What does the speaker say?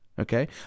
Okay